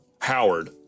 Howard